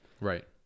Right